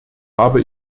habe